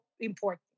Important